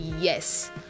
yes